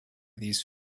these